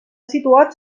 situat